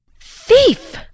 Thief